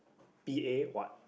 P_A what